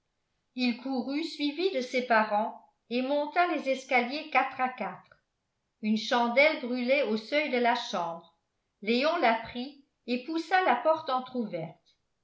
courut suivi de ses parents et monta les escaliers quatre à quatre une chandelle brûlait au seuil de la chambre léon la prit et poussa la porte entr'ouverte